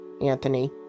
Anthony